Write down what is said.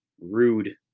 Rude